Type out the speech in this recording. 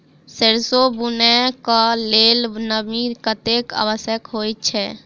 सैरसो बुनय कऽ लेल नमी कतेक आवश्यक होइ छै?